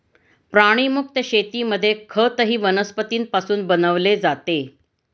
प्राणीमुक्त शेतीमध्ये खतही वनस्पतींपासून बनवले जाते